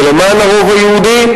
זה למען הרוב היהודי,